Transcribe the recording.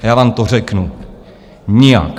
Já vám to řeknu: nijak.